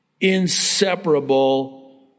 inseparable